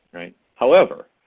right? however,